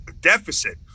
deficit